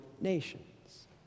nations